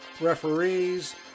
referees